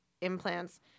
implants